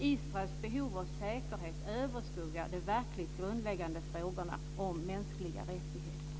Israels behov av säkerhet överskuggar de verkligt grundläggande frågorna om mänskliga rättigheter.